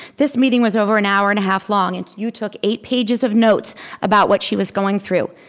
this meeting was over an hour and a half long and you took eight pages of notes about what she was going through.